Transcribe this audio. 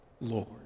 Lord